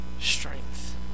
strength